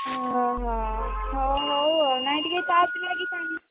ହଉ ହଉ ହଉ ହଉ ନାଇଁ ଟିକେ ଟିକେ